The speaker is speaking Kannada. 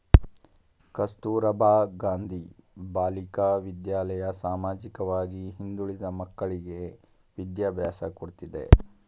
ಕಸ್ತೂರಬಾ ಗಾಂಧಿ ಬಾಲಿಕಾ ವಿದ್ಯಾಲಯ ಸಾಮಾಜಿಕವಾಗಿ ಹಿಂದುಳಿದ ಮಕ್ಕಳ್ಳಿಗೆ ವಿದ್ಯಾಭ್ಯಾಸ ಕೊಡ್ತಿದೆ